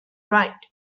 right